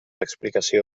explicació